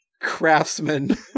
Craftsman